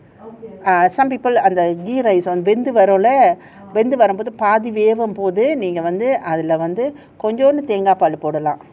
ah some people அந்த:antha ghee rice வெந்துவருள்ள